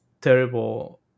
terrible